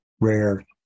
rare